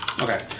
Okay